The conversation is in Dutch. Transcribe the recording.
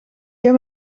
heb